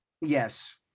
yes